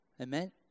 Amen